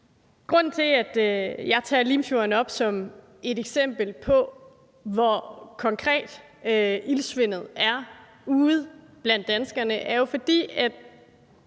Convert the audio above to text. Grunden til, at jeg tager Limfjorden op som et eksempel på, hvor konkret iltsvindet er ude blandt danskerne, er, at